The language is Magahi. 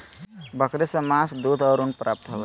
बकरी से मांस, दूध और ऊन प्राप्त होबय हइ